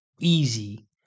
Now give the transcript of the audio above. easy